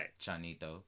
Chanito